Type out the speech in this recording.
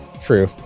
True